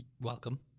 Welcome